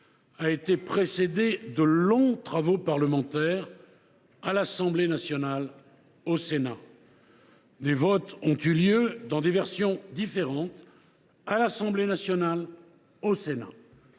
a été précédé de longs travaux parlementaires, à l’Assemblée nationale et au Sénat. Des votes ont eu lieu, dans des versions différentes, à l’Assemblée nationale et au Sénat.